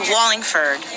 Wallingford